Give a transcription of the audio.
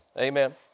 Amen